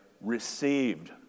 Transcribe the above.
received